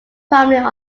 primarily